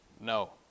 no